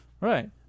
right